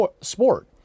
sport